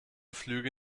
flüge